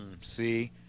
see